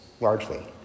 largely